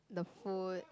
the food